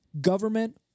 Government